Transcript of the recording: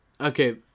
Okay